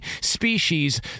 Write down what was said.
species